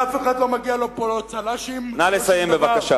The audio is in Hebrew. אף אחד, לא מגיע לו פה לא צל"שים ולא שום דבר.